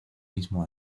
mismo